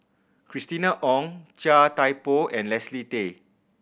Christina Ong Chia Thye Poh and Leslie Tay